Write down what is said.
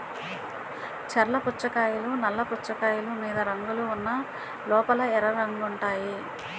చర్ల పుచ్చకాయలు నల్ల పుచ్చకాయలు మీద రంగులు ఉన్న లోపల ఎర్రగుంటాయి